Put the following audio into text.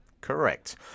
Correct